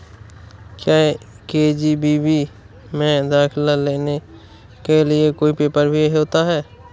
क्या के.जी.बी.वी में दाखिला लेने के लिए कोई पेपर भी होता है?